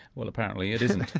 well apparently it isn't.